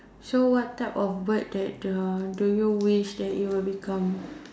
so what type of bird that uh do you wish that you would become